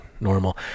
normal